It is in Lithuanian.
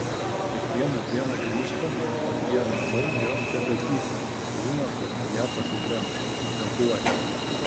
kiekvieną dieną grįžta o tie namai jos tebetyko žino kad ją pasiglemš triumfuoja